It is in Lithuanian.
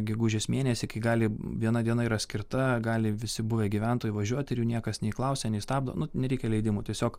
gegužės mėnesį kai gali viena diena yra skirta gali visi buvę gyventojai važiuoti niekas nei klausia nei stabdo nu nereikia leidimų tiesiog